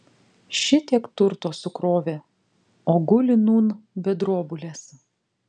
šitiek turto sukrovė o guli nūn be drobulės